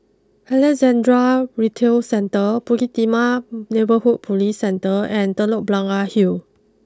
Alexandra Retail Centre Bukit Timah Neighbourhood police Centre and Telok Blangah Hill